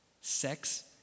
Sex